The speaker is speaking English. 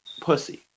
pussy